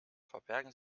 verbergen